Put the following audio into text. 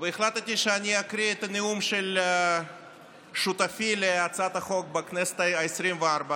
החלטתי שאני אקריא את הנאום של שותפי להצעת החוק בכנסת העשרים-וארבע,